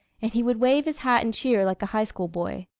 and he would wave his hat and cheer like a high-school boy.